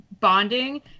bonding